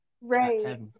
Right